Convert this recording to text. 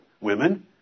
women